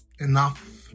enough